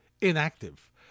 inactive